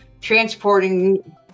transporting